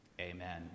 Amen